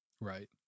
Right